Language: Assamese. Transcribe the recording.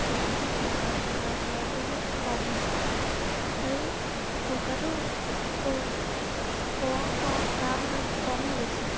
সেইকাৰণে চৌকা ব্যৱহাৰ কৰাতো অলপ কম হৈছে আৰু চৌকাতো কম কাম হৈ কম হৈ গৈছে